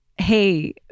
Hey